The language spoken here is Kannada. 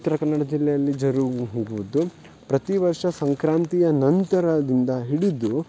ಉತ್ತರ ಕನ್ನಡ ಜಿಲ್ಲೆಯಲ್ಲಿ ಜರುಗುವುದು ಪ್ರತಿ ವರ್ಷ ಸಂಕ್ರಾಂತಿಯ ನಂತರದಿಂದ ಹಿಡಿದು